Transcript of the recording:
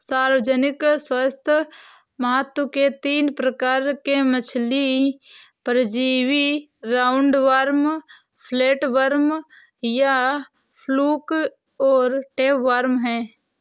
सार्वजनिक स्वास्थ्य महत्व के तीन प्रकार के मछली परजीवी राउंडवॉर्म, फ्लैटवर्म या फ्लूक और टैपवार्म है